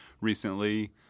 recently